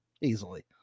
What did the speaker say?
Easily